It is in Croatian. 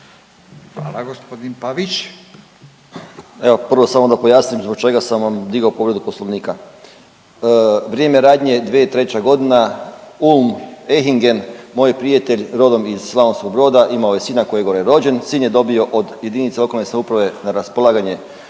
Hvala. Gospodin Pavić.